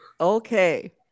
Okay